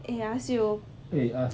eh I ask you